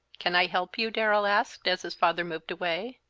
can i help you? darrell asked, as his father moved away.